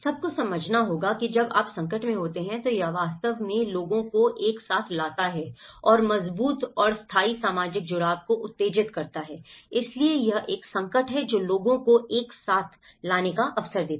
एक को समझना होगा जब आप संकट में होते हैं तो यह वास्तव में लोगों को एक साथ लाता है और मजबूत और स्थायी सामाजिक जुड़ाव को उत्तेजित करता है इसलिए यह एक संकट है जो लोगों को एक साथ लाने का अवसर देता है